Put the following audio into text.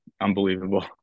unbelievable